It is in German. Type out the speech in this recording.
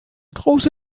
große